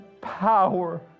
power